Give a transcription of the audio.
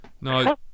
No